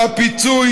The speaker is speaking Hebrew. והפיצוי,